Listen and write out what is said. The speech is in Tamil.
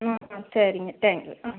ம் சரிங்க தேங்க் யூ ஆ